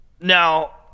Now